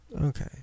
Okay